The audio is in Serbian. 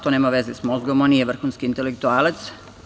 To nema veze sa mozgom, on nije vrhunski intelektualac.